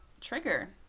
Trigger